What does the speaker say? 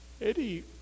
Eddie